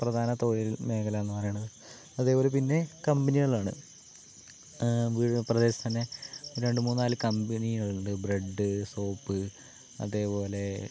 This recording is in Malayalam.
പ്രധാന തൊഴിൽ മേഖലയെന്ന് പറയുന്നത് അതുപോലെ പിന്നെ കമ്പനികളാണ് വീട് പ്രദേശത്ത് തന്നെ രണ്ട് മൂന്നാല് കമ്പനികളുണ്ട് ബ്രെഡ് സോപ്പ് അതുപോലെ